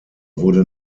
wurde